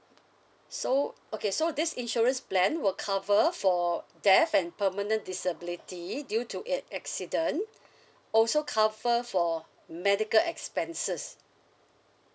so okay so this insurance plan will cover for death and permanent disability due to a~ accident also cover for medical expenses